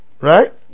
right